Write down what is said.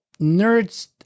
nerds